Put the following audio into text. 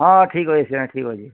ହଁ ଠିକ୍ ଅଛେ ସେନେ ହଁ ଠିକ୍ ଅଛେ